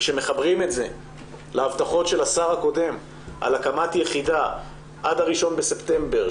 כשמחברים את זה להבטחות של השר הקודם על הקמת יחידה עד ה-1 בספטמבר,